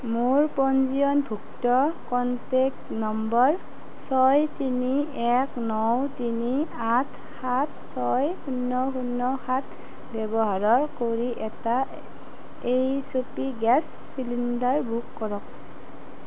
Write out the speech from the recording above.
মোৰ পঞ্জীয়নভুক্ত contact number ছয় তিনি এক ন তিনি আঠ সাত ছয় শূন্য শূন্য সাত ব্যৱহাৰৰ কৰি এটা H O P gas cylinder book কৰক